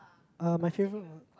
uh my favourite were